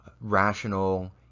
rational